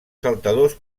saltadors